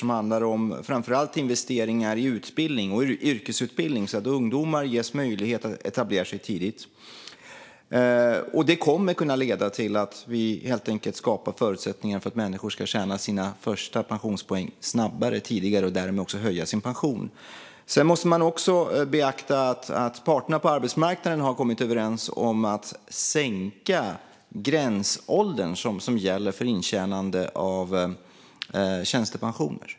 Det handlar framför allt om investeringar i utbildning och yrkesutbildning så att ungdomar ges möjlighet att etablera sig tidigt. Det kommer att kunna leda till att vi helt enkelt skapar förutsättningar för människor att tjäna sina första pensionspoäng snabbare och tidigare och därmed också höja sin pension. Man måste också beakta att parterna på arbetsmarknaden har kommit överens om att sänka gränsåldern för intjänande av tjänstepension.